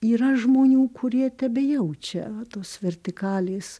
yra žmonių kurie tebejaučia tos vertikalės